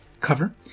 cover